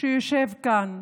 שיושבים כאן,